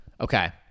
okay